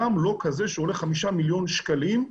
גם לא כזה שעולה חמישה מיליון שקלים,